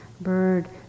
bird